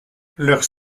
leur